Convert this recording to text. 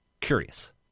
curious